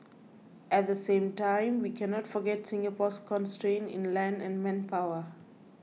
at the same time we cannot forget Singapore's constraints in land and manpower